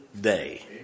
day